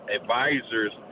advisors